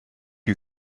you